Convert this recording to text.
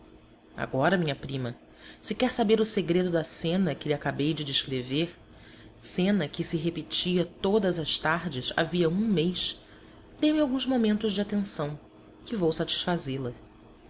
menina agora minha prima se quer saber o segredo da cena que lhe acabei de descrever cena que se repetia todas as tardes havia um mês dê-me alguns momentos de atenção que vou satisfazê-la